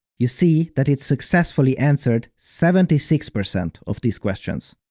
you see that it successfully answered seventy six percent of the questions.